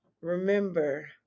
remember